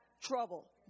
trouble